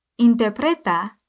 Interpreta